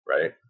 Right